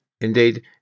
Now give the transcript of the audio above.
Indeed